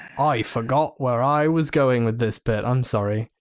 i forgot where i was going with this bit. i'm sorry.